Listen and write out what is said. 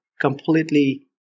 completely